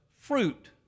fruit